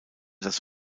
das